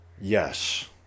Yes